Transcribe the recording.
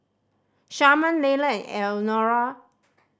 Sharman Leila and Elnora